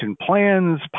plans